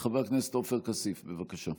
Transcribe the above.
חבר הכנסת עופר כסיף, בבקשה.